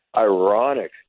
ironic